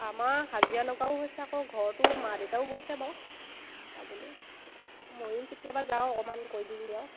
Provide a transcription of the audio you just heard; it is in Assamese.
আমাৰ হাজিৰা লগাও হৈছে আকৌ ঘৰৰতো মা দেউেতাও গৈছে বাৰু ময়ো কেতিয়াবা যাওঁ অকণমান কৈ দিমগৈ আৰু